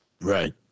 Right